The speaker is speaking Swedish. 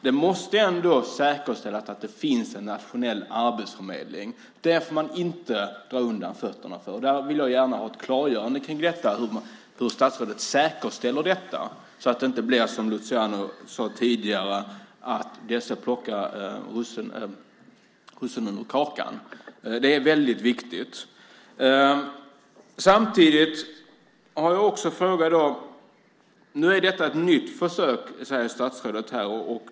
Det måste säkerställas att det finns en nationell arbetsförmedling. Det får man inte dra undan mattan för. Jag vill gärna ha ett klargörande kring detta. Hur säkerställer statsrådet detta, så att det inte blir som Luciano sade tidigare, att de plockar russinen ur kakan. Det är väldigt viktigt. Nu är detta ett nytt försök, säger statsrådet.